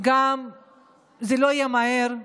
זה גם לא יהיה מהר.